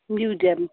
museum